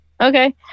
Okay